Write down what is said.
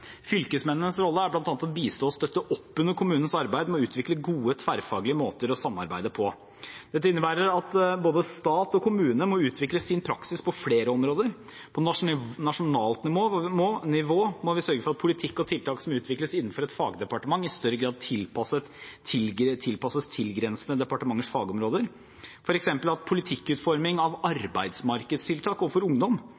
Fylkesmennenes rolle er bl.a. å bistå og støtte opp under kommunenes arbeid med å utvikle gode, tverrfaglige måter å samarbeide på. Dette innebærer at både stat og kommune må utvikle sin praksis på flere områder. På nasjonalt nivå må vi sørge for at politikk og tiltak som utvikles innenfor et fagdepartement, i større grad tilpasses tilgrensende departementers fagområder, f.eks. at politikkutforming av arbeidsmarkedstiltak overfor ungdom